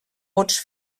vots